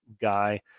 guy